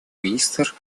министр